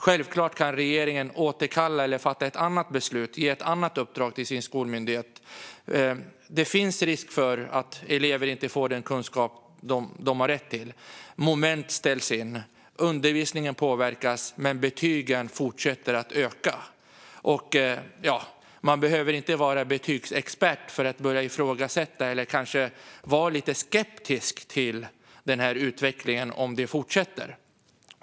Självfallet kan regeringen återkalla eller fatta ett annat beslut och ge ett annat uppdrag till sin skolmyndighet. Det finns risk för att elever inte får den kunskap som de har rätt till. Moment ställs in, och undervisningen påverkas. Men betygen fortsätter att stiga. Man behöver inte vara betygsexpert för att börja ifrågasätta eller kanske vara lite skeptisk till utvecklingen, om den fortsätter.